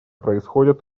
происходят